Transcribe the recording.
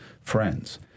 friends